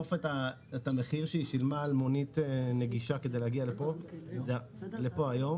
אחשוף את המחיר שהיא שילמה על מונית נגישה כדי להגיע לפה היום